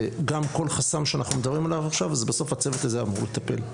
וגם כל חסם שאנחנו מדברים עליו עכשיו זה בסוף הצוות הזה אמור לטפל.